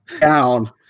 Down